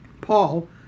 Paul